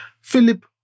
Philip